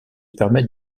permettent